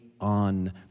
on